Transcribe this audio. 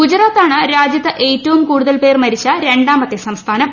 ഗുജറാത്താണ് രാജ്യത്തെ ഏറ്റവും കൂടുതൽ പേർ മരിച്ച രണ്ടാമത്തെ സംസ്ഥാനം